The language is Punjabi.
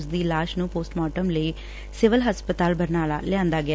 ਉਸਦੀ ਲਾਸ਼ ਨੂੰ ਪੋਸਟਮਾਰਟਮ ਲਈ ਸਿਵਲ ਹਸਪਤਾਲ ਬਰਨਾਲਾ ਲਿਆਂਦਾ ਗਿਆ